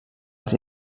els